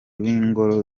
w’ingoro